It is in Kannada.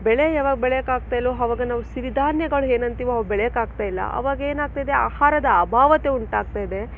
ಬೆಳೆ ಯಾವಾಗ ಬೆಳೆಯೋಕ್ಕೆ ಆಗ್ತಾ ಇಲ್ವೋ ಆವಾಗ ನಾವು ಸಿರಿ ಧಾನ್ಯಗಳು ಏನಂತೀವೋ ಅವು ಬೆಳೆಯೋಕ್ಕೆ ಆಗ್ತಾ ಇಲ್ಲ ಅವಾಗ ಏನು ಆಗ್ತಾ ಇದೆ ಅಹಾರದ ಅಭಾವತೆ ಉಂಟಾಗ್ತಾ ಇದೆ